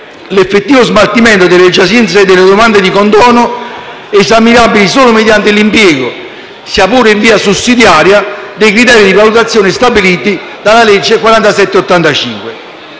l’effettivo smaltimento delle giacenze delle domande di condono esaminabili solo mediante l’impiego, sia pure in via sussidiaria, dei criteri di valutazione stabilite dalla legge n.